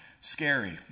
scary